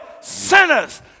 sinners